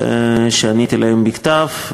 ועניתי להם בכתב.